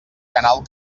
canal